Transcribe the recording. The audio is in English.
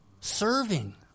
Serving